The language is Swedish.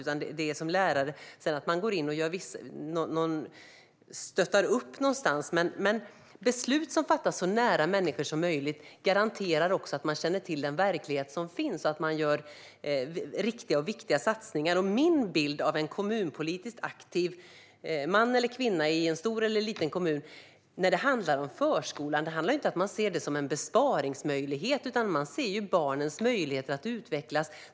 Sedan kanske man som lärare stöttar upp någonstans. Beslut som fattas så nära människor som möjligt garanterar också att man känner till verkligheten och att man gör riktiga och viktiga satsningar. Min bild av en kommunpolitiskt aktiv man eller kvinna i en stor eller liten kommun är inte att man ser förskolan som en besparingsmöjlighet, utan man ser barnens möjligheter att utvecklas.